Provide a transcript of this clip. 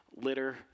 litter